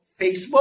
Facebook